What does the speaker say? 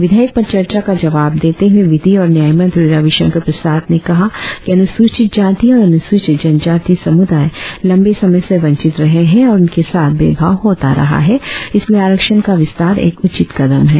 विधेयक पर चर्चा का जवाब देते हुए विधि और न्याय मंत्री रविशंकर प्रसाद ने कहा कि अनुसूचित जाति और अनुसूचित जनजाति समुदाय लंबे समय से वंचित रहे हैं और उनके साथ भेद भाव होता रहा है इसलिए आरक्षण का विस्तार एक उचित कदम है